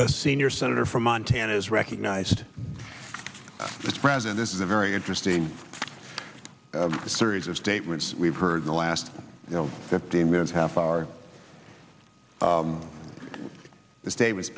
the senior senator from montana is recognized as friends and is a very interesting series of statements we've heard in the last you know fifteen minutes half hour this day was